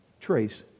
trace